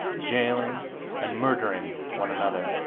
jailing and murdering one another.